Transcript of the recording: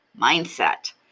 mindset